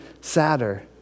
sadder